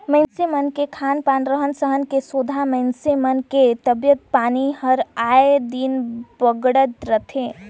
मइनसे मन के खान पान, रहन सहन के सेंधा मइनसे मन के तबियत पानी हर आय दिन बिगड़त रथे